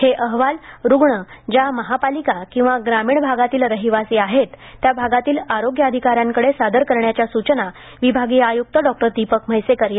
हे अहवाल रुग्ण ज्या महानगरपालिका ग्रामीण भागातील रहिवासी आहेत त्या भागातील आरोग्य अधिकार्यांकडे सादर करण्याच्या सूचना विभागीय आय्क्त डॉ दीपक म्हैसेकर यांनी दिल्या